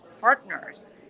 partners